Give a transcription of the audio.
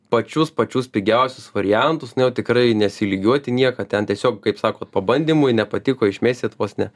pačius pačius pigiausius variantus na jau tikrai nesilygiuot į nieką ten tiesiog kaip sakot pabandymui nepatiko išmesit vos ne